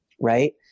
Right